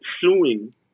suing